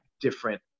different